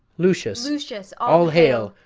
lucius, lucius, all hail,